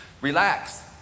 relax